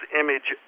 image